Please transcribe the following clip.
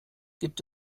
gibt